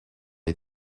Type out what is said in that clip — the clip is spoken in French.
les